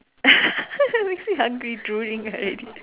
makes me hungry drooling already